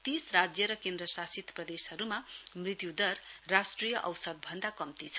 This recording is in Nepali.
तीस राज्य र क्रेन्द्रशासित प्रदेशहरूमा मृत्यु दर राष्ट्रिय औसत भन्दा कम्ती छ